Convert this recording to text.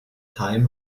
time